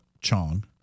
Chong